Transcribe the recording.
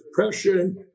Depression